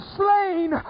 slain